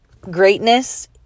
greatness